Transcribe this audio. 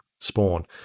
spawn